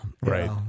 Right